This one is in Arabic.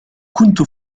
كنت